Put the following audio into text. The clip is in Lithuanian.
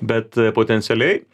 bet potencialiai